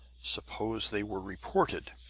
suppose they were reported!